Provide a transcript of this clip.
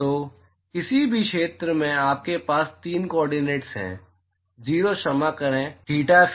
तो किसी भी क्षेत्र में आपके पास 3 कोर्डिनेट्स हैं 0 क्षमा करें आर थीटा फी